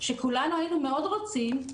שכולנו היינו מאוד רוצים,